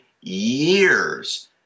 years